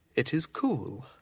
it is cool.